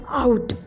out